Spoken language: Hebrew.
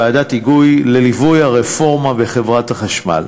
ועדת היגוי לליווי הרפורמה בחברת החשמל.